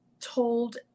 told